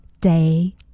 day